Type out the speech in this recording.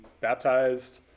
baptized